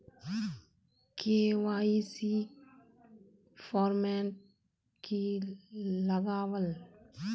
KYC format की लगावल?